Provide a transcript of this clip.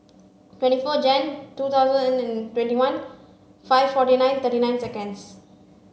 twenty four Jan two thousand and twenty one five forty nine thirty nine seconds